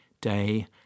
day